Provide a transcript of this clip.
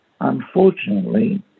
unfortunately